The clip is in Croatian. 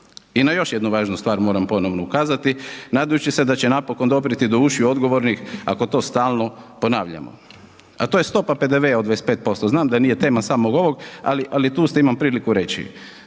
I na još jednu važnu stvar moram ponovno ukazati nadajući se da će napokon doprijeti do ušiju odgovornih ako to stalno ponavljamo. A to je stopa PDV-a od 25%, znam da nije tema samog ovog, ali tu ste, imam priliku reći.